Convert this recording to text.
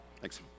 Thanks